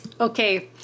okay